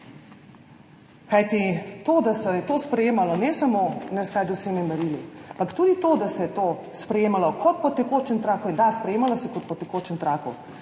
to, da se je to sprejemalo ne samo v neskladju z vsemi merili, ampak tudi to, da se je to sprejemalo kot po tekočem traku – da, sprejemalo se je kot po tekočem traku.